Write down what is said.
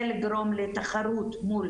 ולגרום לתחרות מול